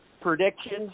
predictions